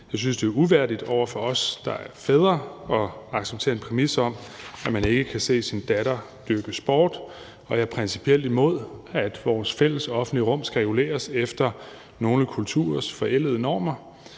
Jeg synes, det er uværdigt over for os, der er fædre, at acceptere en præmis om, at man ikke kan se sin datter dyrke sport. Og jeg er principielt imod, at vores fælles offentlige rum skal reguleres efter nogle kulturers forældede normer.